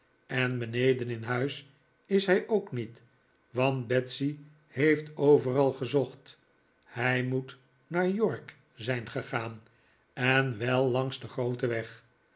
en beneden in huis is hij ook niet want betsy heeft overal gezocht hij moet naar york zijn gegaan en wel langs den grooten weg